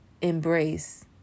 embrace